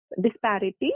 disparity